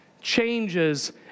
changes